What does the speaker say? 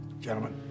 gentlemen